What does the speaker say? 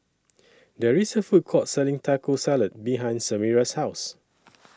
There IS A Food Court Selling Taco Salad behind Samira's House